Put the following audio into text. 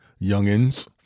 Youngins